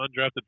undrafted